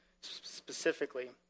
specifically